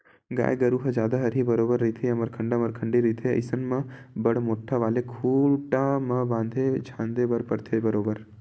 गाय गरु ह जादा हरही बरोबर रहिथे या मरखंडा मरखंडी रहिथे अइसन म बड़ मोट्ठा वाले खूटा म बांधे झांदे बर परथे बरोबर